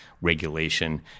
regulation